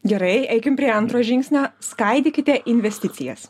gerai eikim prie antro žingsnio skaidykite investicijas